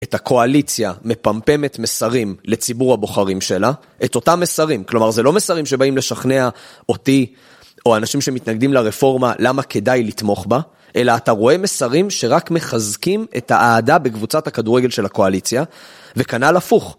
את הקואליציה מפמפמת מסרים לציבור הבוחרים שלה, את אותם מסרים, כלומר זה לא מסרים שבאים לשכנע אותי או אנשים שמתנגדים לרפורמה, למה כדאי לתמוך בה, אלא אתה רואה מסרים שרק מחזקים את האהדה בקבוצת הכדורגל של הקואליציה וכנ"ל הפוך.